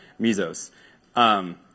Mesos